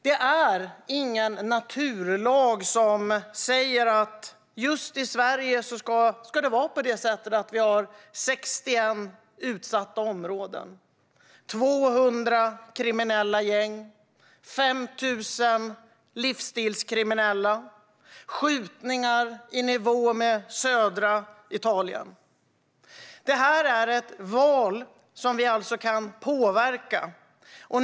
Det är ingen naturlag som säger att just i Sverige ska det finnas 61 utsatta områden, 200 kriminella gäng, 5 000 livsstilskriminella och skjutningar i nivå med södra Italien. Det här är ett val som vi kan påverka.